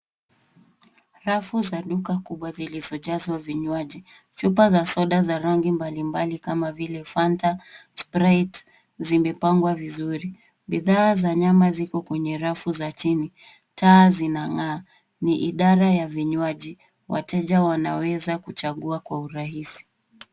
Rafu za duka kubwa zilizojazwa vinywaji. Chupa za soda za rangi mbalimbali kama vile fanta, sprite, zimepangwa vizuri. Bidhaa za nyama ziko kwenye rafu za chini. Taa zinang'aa. Ni idara ya vinywaji, wateja wanaweza kuchagua kwa urahisi.